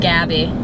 Gabby